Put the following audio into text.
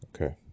Okay